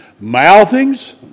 Mouthings